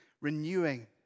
renewing